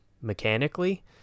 mechanically